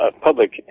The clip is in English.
Public